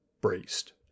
braced